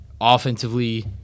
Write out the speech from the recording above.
offensively